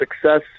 success